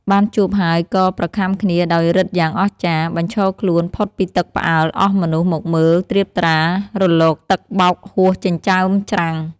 បានជួបហើយក៏ប្រខាំគ្នាដោយឫទ្ធិយ៉ាងអស្ចារ្យ បញ្ឈរខ្លួនផុតពីទឹកផ្អើល អស់មនុស្សមកមើលត្រៀបត្រា រលកទឹកបោកហួសចិញ្ចើមច្រាំង ។